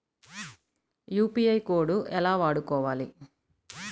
UPI code ఎలా వాడుకోవాలి?